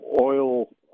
oil